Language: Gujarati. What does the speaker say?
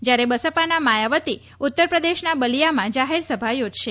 જયારે બસપાના માયાવતી ઉત્તરપ્રદેશના બલીયામાં જાહેરસભા યોજશે